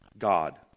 god